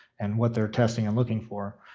and what they're testing and looking for.